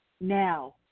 now